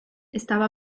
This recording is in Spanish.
estaba